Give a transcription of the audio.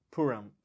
Puram